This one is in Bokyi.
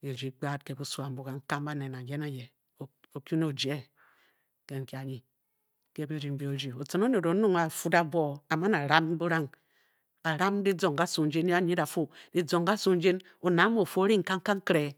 bi rdi gbad ke busu ambu, kangkang baned, nang ye nang ye, o-kyu ne ojieng nke nki anyi, ke birdiing mbi o- rdi Otcin- oned o- nyung o a fud abuo o, a- man a- ram burang, a-ram kizong kasu ndin, ndi a-nyid a-fu, kizong kasu ndin, oned amu o-fii oo-ring kangkang nkere